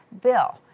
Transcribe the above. Bill